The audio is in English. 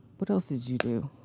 what else did you do?